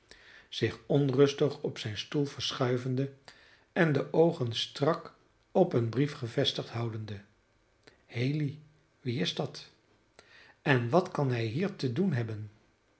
zich onrustig op zijnen stoel verschuivende en de oogen strak op een brief gevestigd houdende haley wie is dat en wat kan hij hier te doen hebben